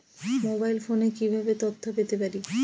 Mobile ফোনে কিভাবে তথ্য পেতে পারি?